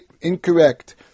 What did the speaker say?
incorrect